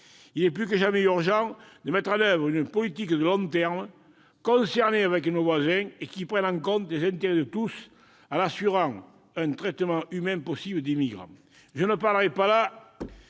il est plus que jamais urgent de mettre en oeuvre une politique de long terme, concertée avec nos voisins et qui prenne en compte les intérêts de tous, en assurant un traitement le plus humain possible des migrants. Je ne parlerai pas là